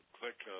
click